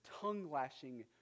tongue-lashing